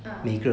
ah